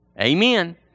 Amen